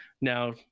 Now